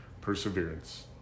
perseverance